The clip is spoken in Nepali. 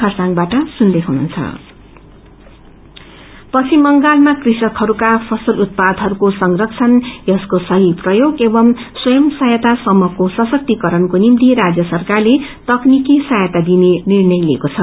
कन्ज्रमेशन पश्चिम बंगालमा कृषकहरूको फसलहरूको संरक्षण यसको असल प्रयोग एवमू स्वयं सह्वयता सम्रहको सशक्तिकरणको निम्ति राज्य सरकारले तकनिकी सहायता दिने निर्णय लिएको छ